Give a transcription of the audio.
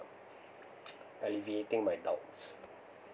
eliminating my doubts